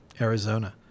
Arizona